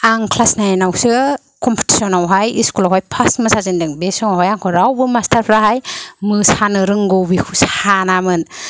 आं क्लास नाइनावसो कमपिटिसनावहाय स्कुलावहाय फार्स्ट मोसाजेनदों बे समावहाय आंखौ रावबो मास्टारफ्राहाय मोसानो रोंगौ बिखौ सानामोन